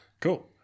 Cool